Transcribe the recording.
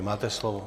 Máte slovo.